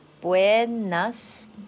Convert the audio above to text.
buenas